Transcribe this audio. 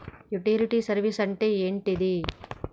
Utility service అంటే ఏంటిది?